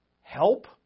help